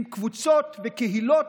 עם קבוצות וקהילות.